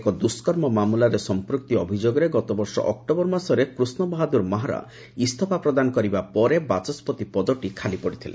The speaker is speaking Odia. ଏକ ଦୁଷ୍କର୍ମ ମାମଲାରେ ସଂପୃକ୍ତି ଅଭିଯୋଗରେ ଗତବର୍ଷ ଅକ୍ନୋବର ମାସରେ କୃଷ୍ଣ ବାହାଦ୍ରର ମାହାରା ଇସ୍ତଫା ପ୍ରଦାନ କରିବା ପରେ ବାଚସ୍କତି ପଦଟି ଖାଲି ପଡ଼ିଥିଲା